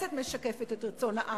הכנסת משקפת את רצון העם,